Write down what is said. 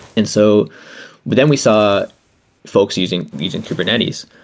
and so but then we saw folks using these in kubernetes.